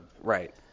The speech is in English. Right